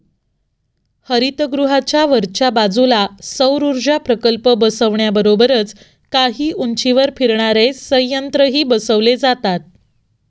हरितगृहाच्या वरच्या बाजूला सौरऊर्जा प्रकल्प बसवण्याबरोबरच काही उंचीवर फिरणारे संयंत्रही बसवले जातात